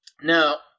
now